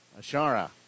Ashara